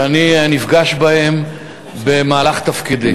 שאני נפגש בהם במהלך תפקידי.